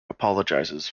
apologizes